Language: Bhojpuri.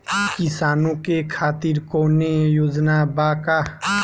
किसानों के खातिर कौनो योजना बा का?